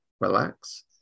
relax